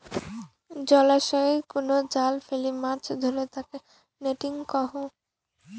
জলাশয়ই কুনো জাল ফেলি মাছ ধরে তাকে নেটিং কহু